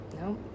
no